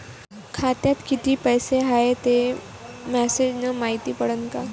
खात्यात किती पैसा हाय ते मेसेज न मायती पडन का?